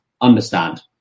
Understand